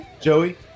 Joey